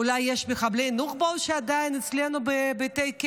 אולי יש מחבלי נוח'בה שעדיין אצלנו בבתי כלא?